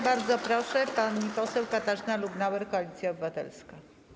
Bardzo proszę, pani poseł Katarzyna Lubnauer, Koalicja Obywatelska.